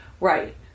Right